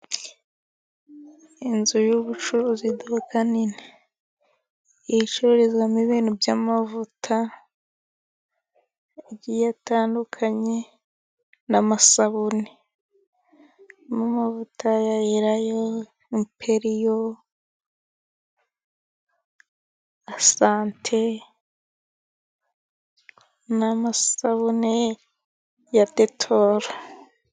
Inzu y'ubucuruzi iduka rinini icururizwamo ibintu by'amavuta atandukanye. Hari mo amasabune amavuta ya erayo, emperiyo, asante, n'amasabune ya detoro.